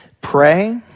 Pray